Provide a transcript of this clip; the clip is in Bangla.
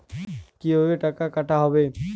কিভাবে টাকা কাটা হবে?